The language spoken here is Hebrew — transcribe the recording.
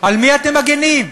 על מי אתם מגינים?